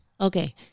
Okay